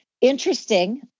Interesting